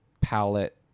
palette